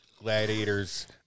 Gladiators